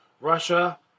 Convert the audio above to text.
Russia